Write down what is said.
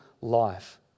life